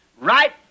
right